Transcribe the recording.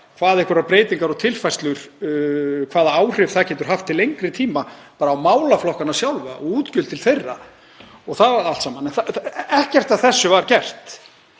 áhrif einhverjar breytingar og tilfærslur geta haft til lengri tíma, bara á málaflokkana sjálfa, útgjöld til þeirra og það allt saman. En ekkert af þessu var gert.